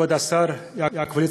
כבוד השר יעקב ליצמן,